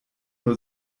nur